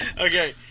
Okay